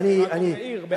אני מאיר, באל"ף.